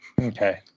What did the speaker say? Okay